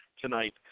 tonight